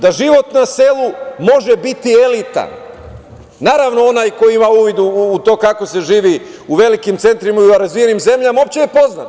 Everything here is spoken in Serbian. Dakle, da život na selu može biti elitan, naravno, onaj ko ima uvida u to kako se živi u velikim centrima u razvijenim zemljama, uopšteno je poznato.